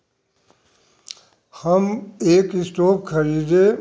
हम एक स्टोव खरीदे